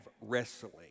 wrestling